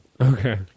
Okay